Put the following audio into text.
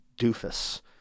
doofus